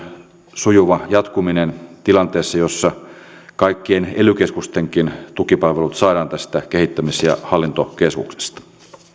sujuva jatkuminen tilanteessa jossa kaikkien ely keskustenkin tukipalvelut saadaan tästä kehittämis ja hallintokeskuksesta